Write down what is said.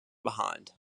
behind